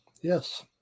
Yes